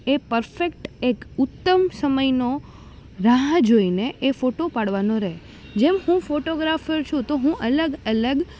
એ perfect એક ઉત્તમ સમયનો રાહ જોઈને એ ફોટો પાડવાનો રહે જેમ હું ફોટોગ્રાફર છું તો હું અલગ અલગ